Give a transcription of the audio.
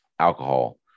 alcohol